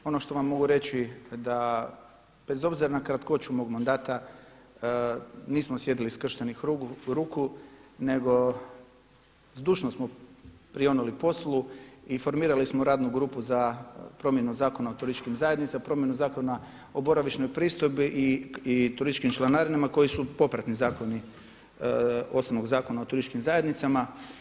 Ono što vam mogu reći da bez obzira na kratkoću mog mandata nismo sjedili skrštenih ruku nego zdušno smo prionuli poslu i formirali smo radnu grupu za promjenu Zakona o turističkim zajednicama, promjenu Zakona o boravišnoj pristojbi i turističkim članarinama koji su popratni zakoni osnovnog Zakona o turističkim zajednicama.